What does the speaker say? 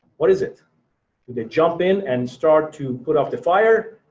what is it? do they jump in and start to put out the fire?